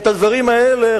הדברים האלה,